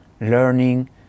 learning